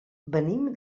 venim